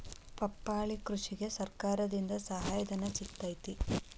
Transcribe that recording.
ಪಪ್ಪಾಳಿ ಕೃಷಿಗೆ ಸರ್ಕಾರದಿಂದ ಸಹಾಯಧನ ಸಿಗತೈತಿ